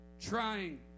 trying